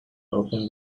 open